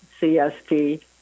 CST